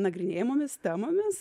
nagrinėjamomis temomis